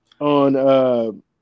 on